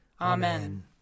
Amen